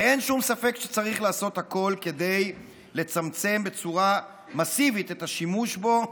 ואין שום ספק שצריך לעשות הכול כדי לצמצם בצורה מסיבית את השימוש בו.